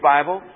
Bible